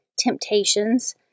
temptations